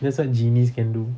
that's what genies can do